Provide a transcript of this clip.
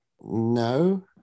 No